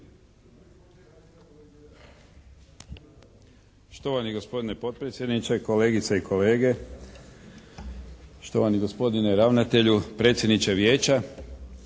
Štovani gospodine potpredsjedniče, kolegice i kolege, štovani gospodine ravnatelju, predsjedniče Vijeća.